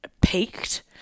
peaked